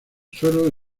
suelo